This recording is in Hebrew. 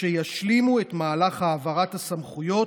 שישלימו את מהלך העברת הסמכויות,